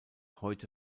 heute